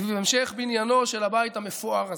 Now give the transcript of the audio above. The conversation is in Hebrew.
סביב המשך בניינו של הבית המפואר הזה,